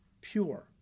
pure